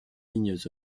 lignes